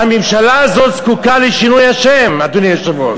והממשלה הזאת זקוקה לשינוי השם, אדוני היושב-ראש.